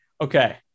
okay